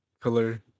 color